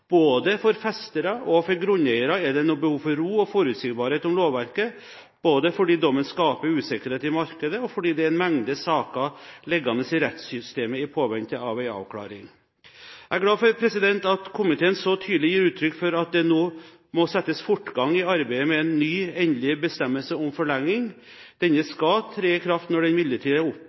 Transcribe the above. Både for festerne og for grunneierne er det nå behov for ro og forutsigbarhet med hensyn til lovverket, både fordi dommen skaper usikkerhet i markedet, og fordi det er en mengde saker som ligger i rettssystemet i påvente av en avklaring. Jeg er glad for at komiteen så tydelig gir uttrykk for at det nå må settes fortgang i arbeidet med en ny, endelig bestemmelse om forlenging. Denne skal tre i kraft når den